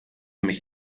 mich